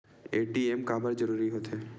ATM काबर जरूरी हो थे?